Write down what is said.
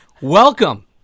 welcome